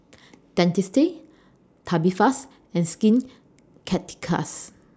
Dentiste Tubifast and Skin Ceuticals